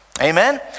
Amen